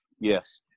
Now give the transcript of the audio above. Yes